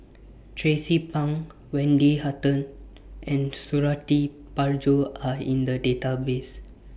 Tracie Pang Wendy Hutton and Suradi Parjo Are in The Database